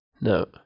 no